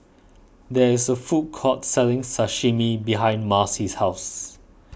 there is a food court selling Sashimi behind Marcy's house